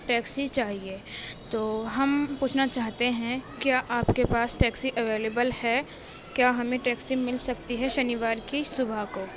taxi چاہیے تو ہم پوچھنا چاہتے ہیں کیا آپ کے پاس ٹیکسی اویلیبل ہے کیا ہمیں ٹیکسی مل سکتی ہے شنیوار کی صبح کو